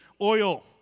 oil